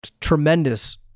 tremendous